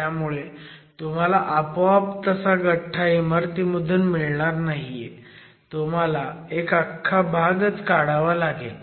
त्यामुळे तुम्हाला आपोआप तसा गठ्ठा इमारतीमधून मिळणार नाहीये तुम्हाला एक अख्खा भागच काढावा लागेल